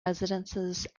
residencies